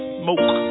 smoke